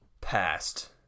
passed